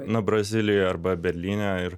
na brazilijoj arba berlyne ir